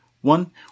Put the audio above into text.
one